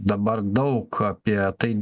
dabar daug apie tai